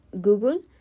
Google